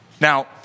Now